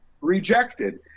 rejected